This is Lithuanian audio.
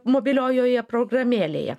mobiliojoje programėlėje